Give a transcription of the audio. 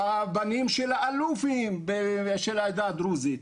והבנים של האלופים בעדה הדרוזית,